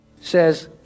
says